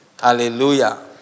Hallelujah